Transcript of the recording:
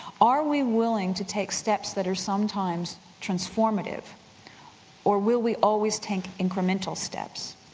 are we willing to take steps that are sometimes transformative or will we always take incremental steps?